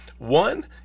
One